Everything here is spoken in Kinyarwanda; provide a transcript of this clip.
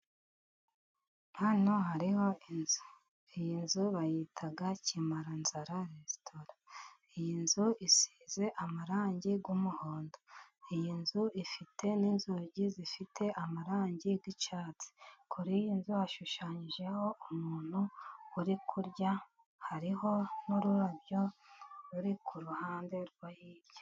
Hano hariho inzu, iyi nzu bayita kimaranzara resitora iyi nzu isize amarangi y'umuhondo iyi nzu ifite n'inzugi zifite amarangi y'icyatsi, kuri iyi nzi hashushanyijeho umuntu uri kurya hariho n'ururabyo ruri ku ruhande rwo hirya.